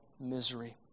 misery